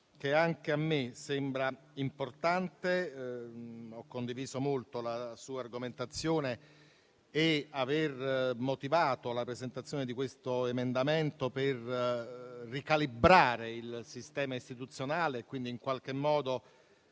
che anche a me sembra importante. Ho condiviso molto la sua argomentazione e l'aver motivato la presentazione di questo emendamento per ricalibrare il sistema istituzionale e, quindi, ridare al